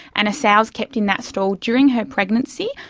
and a sow is kept in that stall during her pregnancy.